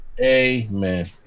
Amen